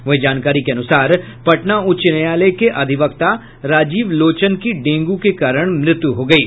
वहीं जानकारी के अनुसार पटना उच्च न्यायालय के अधिवक्ता राजीव लोचन की डेंगू के कारण मृत्यू हो गयी